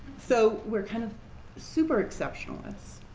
so we're kind of super exceptionalists.